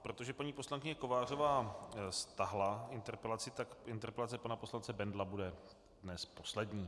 Protože paní poslankyně Kovářová stáhla interpelaci, interpelace pana poslance Bendla bude dnes poslední.